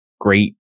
Great